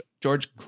George